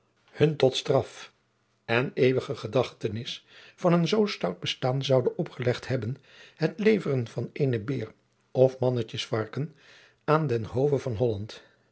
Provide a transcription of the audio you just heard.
hun tot straf en eeuwige gedachtenis van een zoo stout bestaan zoude opgelegd hebben het leveren van eenen beer of mannetjes varken aan den hove van holland